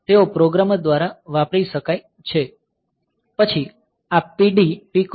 તેઓ પ્રોગ્રામર દ્વારા વાપરી શકાય છે પછી આ PD PCON